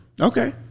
Okay